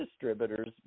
distributors